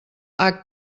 html